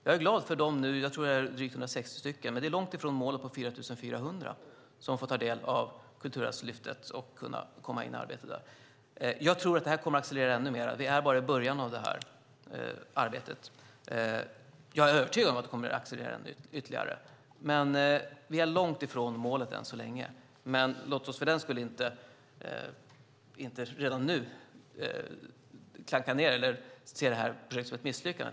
Jag är glad över de 160 personer som får ta del av Kulturarvslyftet och kan komma in i arbete, men det är långt ifrån målet på 4 400. Jag tror att det kommer att accelerera ännu mer. Vi är bara i början av det här arbetet. Jag är övertygad om att det kommer att accelerera ytterligare, vi är lång ifrån målet än så länge. Men låt oss för den skull inte redan nu se det här projektet som ett misslyckande.